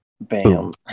Bam